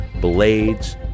blades